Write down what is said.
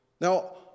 Now